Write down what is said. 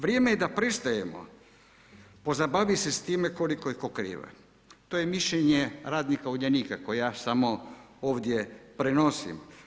Vrijeme je da prestajemo pozabaviti se sa time koliko je tko … To je mišljenje radnika Uljanika koje ja samo ovdje prenosim.